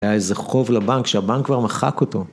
היה איזה חוב לבנק שהבנק כבר מחק אותו.